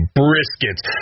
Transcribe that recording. briskets